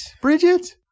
Bridget